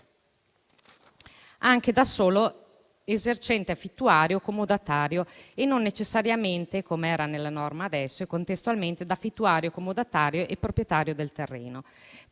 anche dal solo esercente affittuario comodatario e non necessariamente - com'era nella norma attuale - contestualmente da affittuario, comodatario e proprietario del terreno.